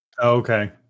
Okay